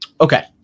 Okay